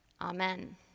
Amen